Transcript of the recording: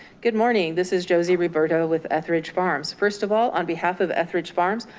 good morning, this is josie roberta with etheridge farms, first of all, on behalf of etheridge farms.